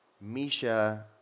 Misha